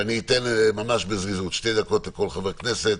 אני אתן ממש בזריזות, שתי דקות לכל חבר כנסת,